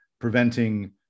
preventing